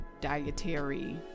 dietary